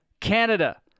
Canada